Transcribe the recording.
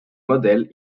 modèle